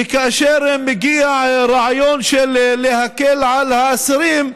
וכאשר מגיע רעיון להקל על האסירים,